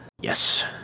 Yes